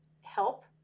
help